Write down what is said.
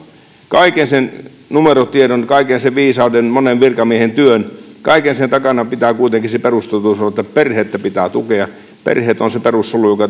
kaiken sen numerotiedon kaiken sen viisauden monen virkamiehen työn kaiken sen takana pitää kuitenkin se perustotuus olla että perhettä pitää tukea perheet ovat se perussolu joka